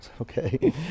okay